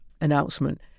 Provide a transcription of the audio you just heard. announcement